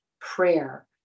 prayer